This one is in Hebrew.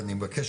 ואני מבקש,